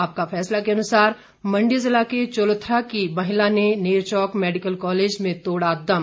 आपका फैसला के अनुसार मंडी जिला के चोलथरा की महिला ने नेरचौक मेडिकल कॉलेज में तोड़ा दम